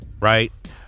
right